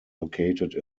located